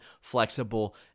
flexible